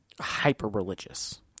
hyper-religious